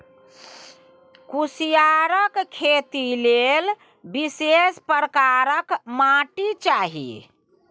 कुसियारक खेती लेल विशेष प्रकारक माटि चाही